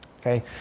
Okay